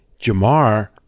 Jamar